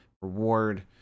reward